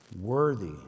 Worthy